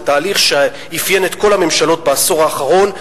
זה תהליך שאפיין את כל הממשלות בעשור האחרון,